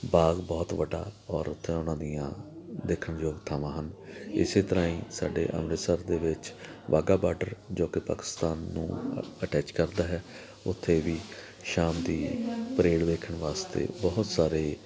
ਬਾਗ ਬਹੁਤ ਵੱਡਾ ਔਰ ਉੱਥੇ ਉਹਨਾਂ ਦੀਆਂ ਦੇਖਣ ਯੋਗ ਥਾਵਾਂ ਹਨ ਇਸ ਤਰ੍ਹਾਂ ਹੀ ਸਾਡੇ ਅੰਮ੍ਰਿਤਸਰ ਦੇ ਵਿੱਚ ਵਾਹਗਾ ਬਾਰਡਰ ਜੋ ਕਿ ਪਾਕਿਸਤਾਨ ਨੂੰ ਅਟੈਚ ਕਰਦਾ ਹੈ ਉੱਥੇ ਵੀ ਦੀ ਪਰੇਡ ਵੇਖਣ ਵਾਸਤੇ ਬਹੁਤ ਸਾਰੇ